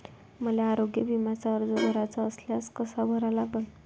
मले आरोग्य बिम्याचा अर्ज भराचा असल्यास कसा भरा लागन?